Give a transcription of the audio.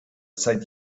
seit